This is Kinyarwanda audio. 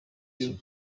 cyo